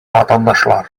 ватандашлар